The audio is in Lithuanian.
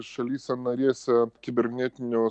šalyse narėse kibernetinio